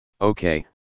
okay